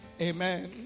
Amen